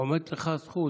עומדת לך הזכות,